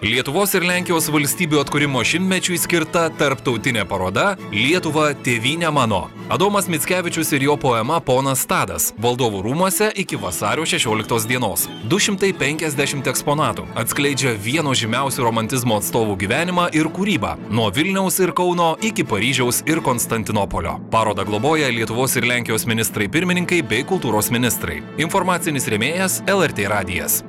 lietuvos ir lenkijos valstybių atkūrimo šimtmečiui skirta tarptautinė paroda lietuva tėvyne mano adomas mickevičius ir jo poema ponas tadas valdovų rūmuose iki vasario šešioliktos dienos du šimtai penkiasdešimt eksponatų atskleidžia vieno žymiausių romantizmo atstovų gyvenimą ir kūrybą nuo vilniaus ir kauno iki paryžiaus ir konstantinopolio parodą globoja lietuvos ir lenkijos ministrai pirmininkai bei kultūros ministrai informacinis rėmėjas lrt radijas